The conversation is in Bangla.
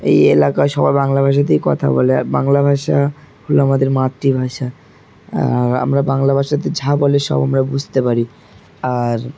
এই এলাকায় সবাই বাংলা ভাষাতেই কথা বলে আর বাংলা ভাষা হলো আমাদের মাতৃভাষা আর আমরা বাংলা ভাষাতে যঝা বলে সব আমরা বুঝতে পারি আর